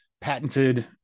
patented